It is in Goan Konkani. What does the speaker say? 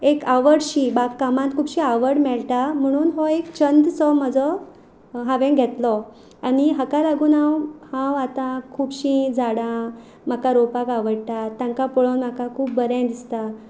एक आवडशी बागकामांत खुबशी आवड मेळटा म्हुणून हो एक छंदसो म्हजो हांवें घेतलो आनी हका लागून हांव हांव आतां खुबशीं झाडां म्हाका रोवपाक आवडटा तांकां पळोवन म्हाका खूब बरें दिसता